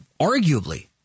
arguably